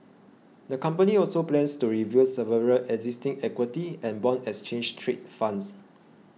the company also plans to review several existing equity and bond exchange trade funds